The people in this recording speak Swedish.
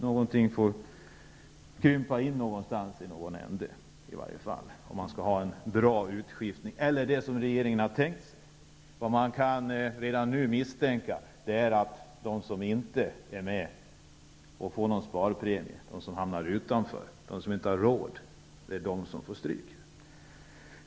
Någonstans måste man krympa om det skall var en bra utskiftning eller det som regeringen har tänkt sig. Vad man redan nu kan misstänka är att de som inte är med och inte får någon sparpremie, de som inte har råd och som hamnar utanför, får stryk.